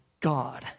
God